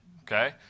okay